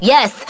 Yes